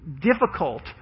difficult